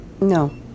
No